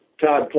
Todd